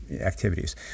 activities